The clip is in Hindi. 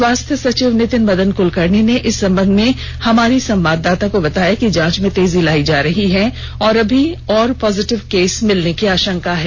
स्वास्थ्य सचिव नितिन मदन कुलकर्णी ने इस संबंध में हमारी संवाददाता को बताया कि जांच में तेजी लायी जा रही है अभी और पॉजिटीव केस मिलने की आषंका है